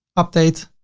update,